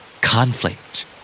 Conflict